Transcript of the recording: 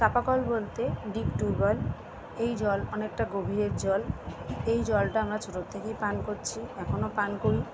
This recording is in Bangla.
চাপা কল বলতে ডিপ টিউবয়েল এই জল অনেকটা গভীরের জল এই জলটা আমরা ছোটো থেকেই পান করছি এখনো পান করি